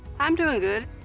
i'm doing good.